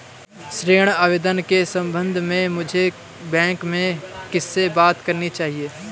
ऋण आवेदन के संबंध में मुझे बैंक में किससे बात करनी चाहिए?